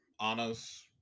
Anna's